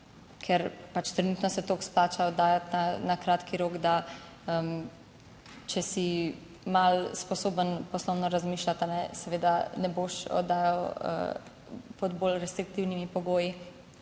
ker pač trenutno se toliko splača oddajati na kratki rok, da če si malo sposoben poslovno razmišljati, seveda ne boš oddajal pod bolj restriktivnimi pogoji